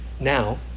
now